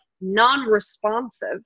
non-responsive